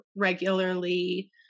regularly